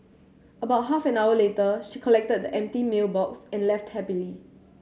about half an hour later she collected the empty meal box and left happily